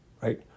right